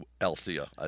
Althea